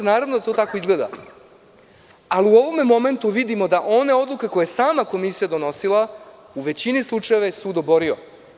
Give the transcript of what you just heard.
Naravno da to tako izgleda, ali u ovom momentu vidimo da je one odluke koje je sama komisija donosila u većini slučajeva sud oborio.